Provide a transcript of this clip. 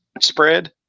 spread